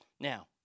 Now